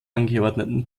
angeordneten